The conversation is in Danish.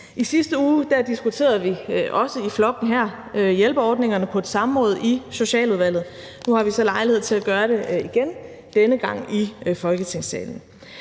I sidste uge diskuterede vi også i flokken her hjælpeordningerne på et samråd i Socialudvalget. Nu har vi så lejlighed til at gør det igen, denne gang i Folketingssalen.